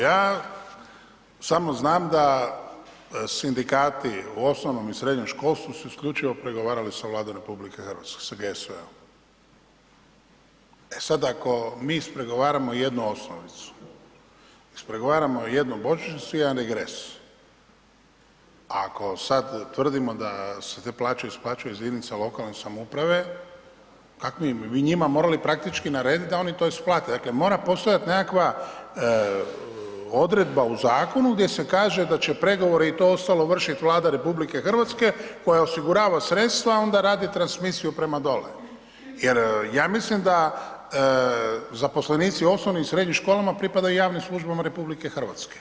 Ja samo znam da sindikati u osnovnom i srednjem školstvu su isključivo pregovarali sa Vladom RH, … [[Govornik se ne razumije]] E sad ako mi ispregovaramo jednu osnovicu, ispregovaramo jednu božićnicu, jedan regres, ako sad tvrdimo da se te plaće isplaćuju iz jedinica lokalne samouprave, kako mi, mi bi njima morali praktički naredit da oni to isplate, dakle mora postojat nekakva odredba u zakonu gdje se kaže da će progovore i to ostalo vršit Vlada RH koja osigurava sredstva, onda radi transmisiju prema dole jer ja mislim da zaposlenici u osnovnim i srednjim školama pripadaju javnim službama RH.